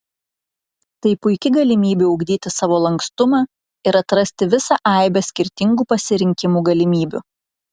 tai puiki galimybė ugdyti savo lankstumą ir atrasti visą aibę skirtingų pasirinkimų galimybių